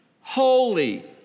Holy